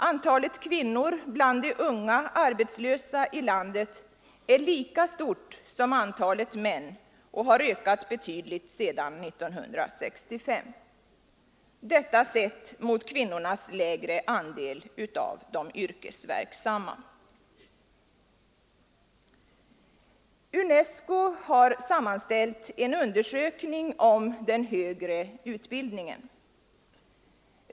Antalet kvinnor bland de unga arbetslösa i landet är lika stort som antalet män och har ökat betydligt sedan 1965, detta trots kvinnornas lägre andel av de yrkesverksamma. UNESCO har sammanställt en undersökning om den högre utbildningen.